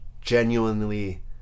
genuinely